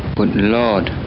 but lord,